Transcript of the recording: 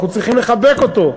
אנחנו צריכים לחבק אותו.